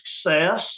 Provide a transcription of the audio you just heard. success